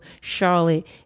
Charlotte